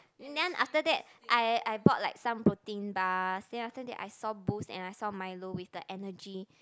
then after that I I brought like some protein bar then after that I saw boost and I saw milo with the energy